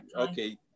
Okay